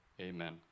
Amen